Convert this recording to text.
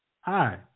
Hi